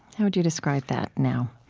how would you describe that now?